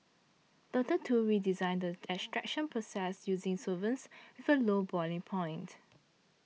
Doctor Tu redesigned the extraction process using solvents with a low boiling point